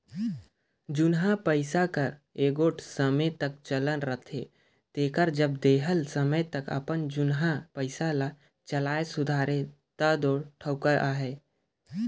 जुनहा पइसा कर एगोट समे तक चलन रहथे तेकर जब देहल समे तक अपन जुनहा पइसा ल चलाए सुधारे ता दो ठउका अहे